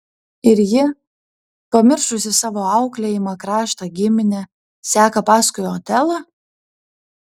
ir ji pamiršusi savo auklėjimą kraštą giminę seka paskui otelą